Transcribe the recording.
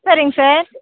சரிங்க சார்